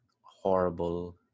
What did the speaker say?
horrible